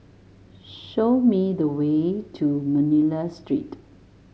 show me the way to Manila Street